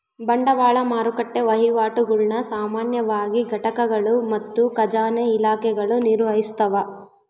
ಬಂಡವಾಳ ಮಾರುಕಟ್ಟೆ ವಹಿವಾಟುಗುಳ್ನ ಸಾಮಾನ್ಯವಾಗಿ ಘಟಕಗಳು ಮತ್ತು ಖಜಾನೆ ಇಲಾಖೆಗಳು ನಿರ್ವಹಿಸ್ತವ